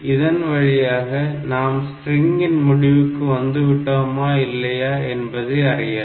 இதன் வழியாக நாம் ஸ்ட்ரிங்கின் முடிவுக்கு வந்து விட்டோமா இல்லையா என்பதை அறியலாம்